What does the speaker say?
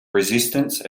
resistance